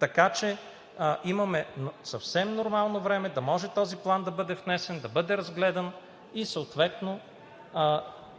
пари. Имаме съвсем нормално време да може този план да бъде внесен, да бъде разгледан и съответно